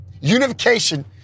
Unification